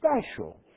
special